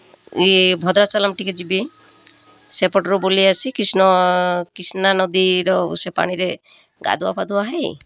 ଇଏ ଭଦ୍ରାଚାଲାମ୍ ଟିକେ ଯିବେ ସେପଟରୁ ବୁଲି ଆସି କିଷ୍ଣ କିଷ୍ଣା ନଦୀର ସେ ପାଣିରେ ଗାଧୁଆ ପାାଧୁଆ ହେଇ